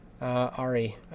Ari